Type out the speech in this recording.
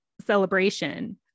celebration